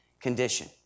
condition